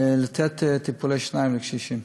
לתת טיפולי שיניים לקשישים.